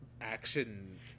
Action